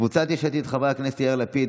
קבוצת סיעת יש עתיד: חברי הכנסת יאיר לפיד,